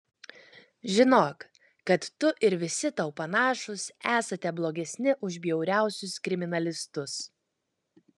žinok kad tu ir visi tau panašūs esate blogesni už bjauriausius kriminalistus